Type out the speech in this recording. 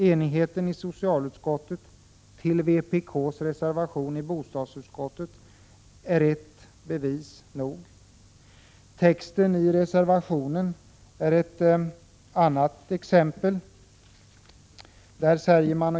Enigheten i socialutskottet när det gäller vpk:s reservation i bostadsutskottet är bevis nog. Texten i reservationen är ett annat exempel.